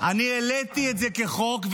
חברי אופיר כץ.